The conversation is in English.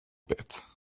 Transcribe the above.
bit